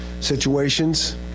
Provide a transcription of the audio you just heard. situations